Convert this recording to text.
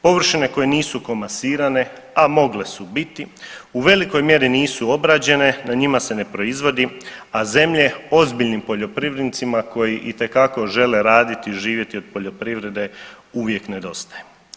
Površine koje nisu komasirane, a mogle su biti u velikoj mjeri nisu obrađene, na njima se ne proizvodi, a zemlje ozbiljnim poljoprivrednicima koji itekako žele raditi i živjeti od poljoprivrede uvijek nedostaje.